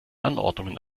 anordnungen